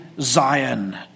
Zion